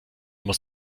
muss